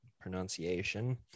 pronunciation